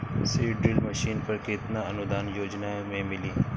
Seed drill machine पर केतना अनुदान योजना में मिली?